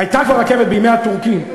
הייתה כבר רכבת בימי הטורקים,